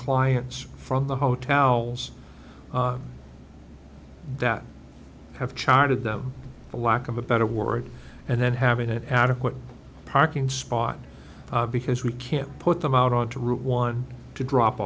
clients from the hotel that have charted them for lack of a better word and then having an adequate parking spot because we can't put them out onto route one to drop